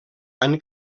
han